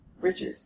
Richard